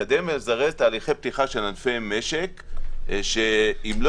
לקדם ולזרז תהליכי פתיחה של ענפי משק שאם לא